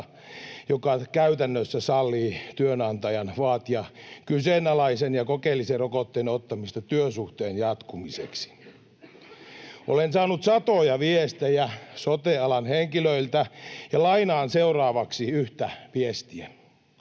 joka käytännössä sallii työnantajan vaatia kyseenalaisen ja kokeellisen rokotteen ottamista työsuhteen jatkumiseksi. Olen saanut satoja viestejä sote-alan henkilöiltä, ja lainaan seuraavaksi yhtä viestiä: